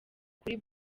kuri